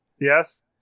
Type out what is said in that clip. Yes